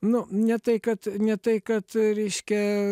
nu ne tai kad ne tai kad reiškia